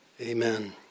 amen